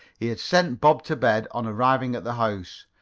he had sent bob to bed on arriving at the house,